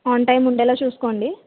on time ఉండేలా చూస్కోండి